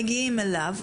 מגיעים אליו,